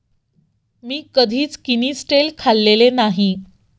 मी कधीच किनिस्टेल खाल्लेले नाही